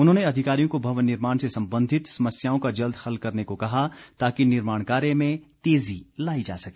उन्होंने अधिकारियों को भवन निर्माण से संबंधित समस्याओं का जल्द हल करने को कहा ताकि निर्माण कार्य में तेजी लायी जा सके